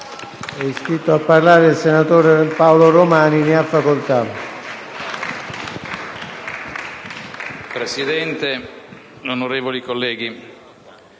Presidente, onorevoli colleghi,